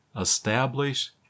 establish